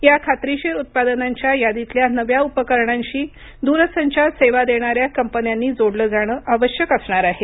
या खातरीशीर उत्पादनांच्या यादीतल्या नव्या उपकरणांशी दूरसंचार सेवा देणाऱ्या कंपन्यांनी जोडलं जाणं आवश्यक असणार आहे